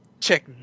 check